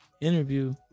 interview